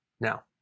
Now